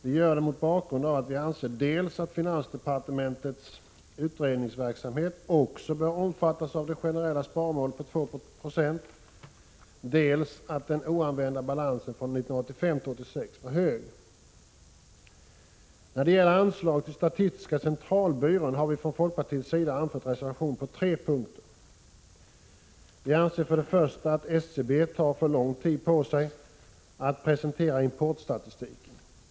Vi gör det mot bakgrund av att vi anser dels att finansdepartementets utredningsverksamhet också bör omfattas av det generella sparmålet 2 26, dels att den oanvända balansen från 1985/86 blir högre än väntat. När det gäller anslaget till statistiska centralbyrån har vi från folkpartiet anfört reservation på tre punkter. Vi anser för det första att SCB tar för lång tid på sig att presentera importstatistiken.